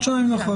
בסדר.